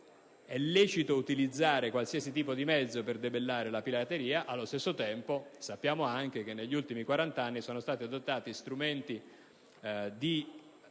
è lecito utilizzare qualsiasi tipo di mezzo per debellare la pirateria, ma allo stesso tempo sappiamo che, negli ultimi quarant'anni, sono stati adottati strumenti di